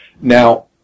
Now